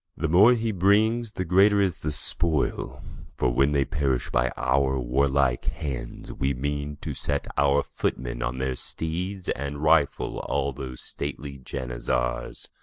the more he brings, the greater is the spoil for, when they perish by our warlike hands, we mean to set our footmen on their steeds, and rifle all those stately janizars.